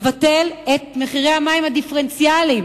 לבטל את מחירי המים הדיפרנציאליים,